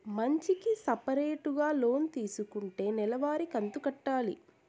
మంచికి సపరేటుగా లోన్ తీసుకుంటే నెల వారి కంతు కట్టాలి